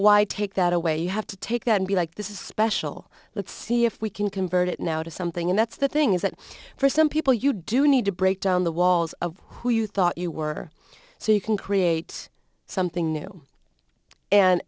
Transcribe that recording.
why take that away you have to take that and be like this is special let's see if we can convert it now to something and that's the thing is that for some people you do need to break down the walls of who you thought you were so you can create something new and